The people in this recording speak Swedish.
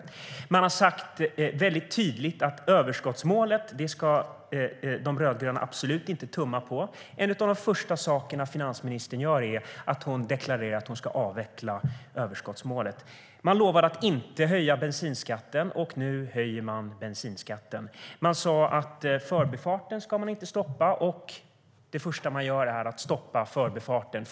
De rödgröna har sagt väldigt tydligt att man absolut inte ska tumma på överskottsmålet. En av de första saker som finansministern gör är att deklarera att hon ska avveckla överskottsmålet. Man lovade att inte höja bensinskatten. Nu höjer man bensinskatten. Man sa att man inte skulle stoppa Förbifarten. Det första man gör är att stoppa Förbifarten.